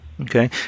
Okay